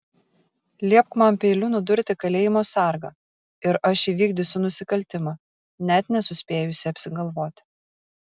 liepk man peiliu nudurti kalėjimo sargą ir aš įvykdysiu nusikaltimą net nesuspėjusi apsigalvoti